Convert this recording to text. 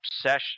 obsession